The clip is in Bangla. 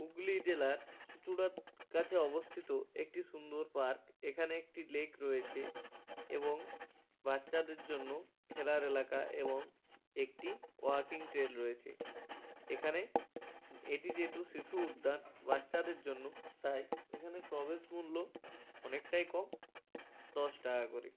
হুগলি জেলার চুঁচুড়ার কাছে অবস্থিত একটি সুন্দর পার্ক এখানে একটি লেক রয়েছে এবং বাচ্চাদের জন্য খেলার এলাকা এবং একটি ওয়াকিং ট্রেল রয়েছে এখানে এটি যেহেতু শিশু উদ্যান বাচ্চাদের জন্য তাই এখানে প্রবেশ মূল্য অনেকটাই কম দশ টাকা করে